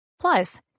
Plus